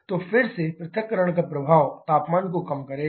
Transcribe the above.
तो फिर से पृथक्करण का प्रभाव तापमान को कम करना है